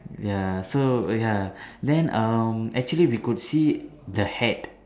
ya so ya then um actually we could see the hat